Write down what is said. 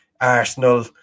Arsenal